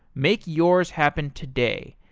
make yours happen today.